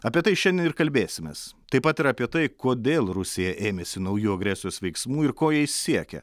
apie tai šiandien ir kalbėsimės taip pat ir apie tai kodėl rusija ėmėsi naujų agresijos veiksmų ir ko jais siekia